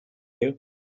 you